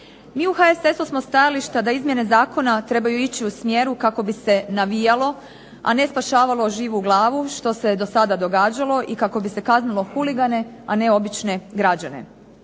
Mi u HSS-u smo stajališta da izmjene zakona trebaju ići u smjeru kako bi se navijalo a ne spašavalo živu glavu što se do sada događalo i kako bi se kaznilo huligane, a ne obične građane.